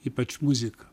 ypač muzika